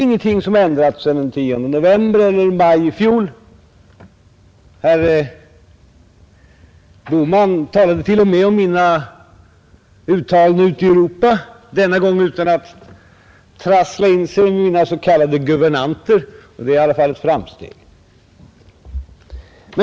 Ingenting har ändrats sedan maj eller den 10 november i fjol.” Herr Bohman talade t.o.m. om mina uttalanden ute i Europa, denna gång utan att trassla in sig i mina s, k,. guvernanter,. Det är i alla fall ett framsteg.